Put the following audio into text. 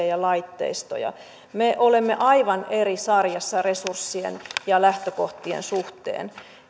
ja laitteistoja me olemme aivan eri sarjassa resurssien ja lähtökohtien suhteen